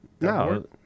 No